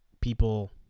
people